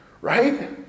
right